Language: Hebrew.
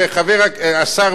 חבר הכנסת אלסאנע,